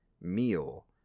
meal